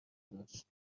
داشت